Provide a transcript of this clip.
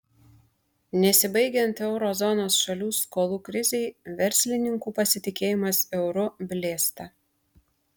nesibaigiant euro zonos šalių skolų krizei verslininkų pasitikėjimas euru blėsta